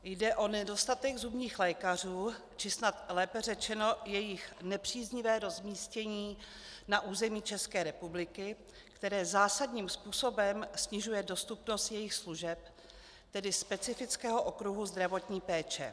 Jde o nedostatek zubních lékařů, či snad lépe řečeno jejich nepříznivé rozmístění na území České republiky, které zásadním způsobem snižuje dostupnost jejich služeb, tedy specifického okruhu zdravotní péče.